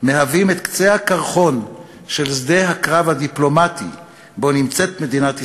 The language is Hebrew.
מהווים את קצה הקרחון של שדה הקרב הדיפלומטי שבו נמצאת מדינת ישראל,